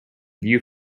view